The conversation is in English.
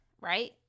right